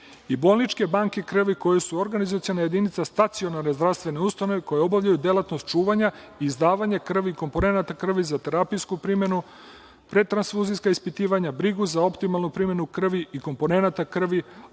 i bolničke banke krvi koje su organizacione jedinice stacionarne zdravstvene usluge koje obavljaju delatnost čuvanja, izdavanja krvi i komponenata krvi za terapijsku primenu, predtranfuzijska ispitivanja, brigu za optimalnu primenu krvi i komponenata krvi,